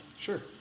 Sure